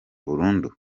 burundu